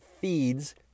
feeds